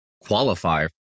qualify